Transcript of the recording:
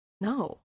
No